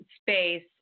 space